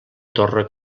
torre